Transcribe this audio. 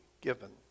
given